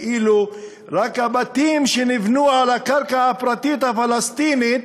כאילו רק הבתים שנבנו על הקרקע הפרטית הפלסטינית